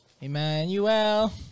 Emmanuel